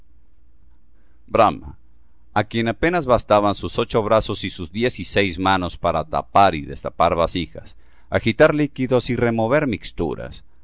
brahma á quien apenas bastaban sus ocho brazos y sus diez y seis manos para tapar y destapar vasijas agitar líquidos y remover mixturas